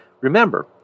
remember